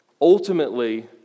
ultimately